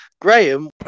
Graham